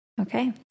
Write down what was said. Okay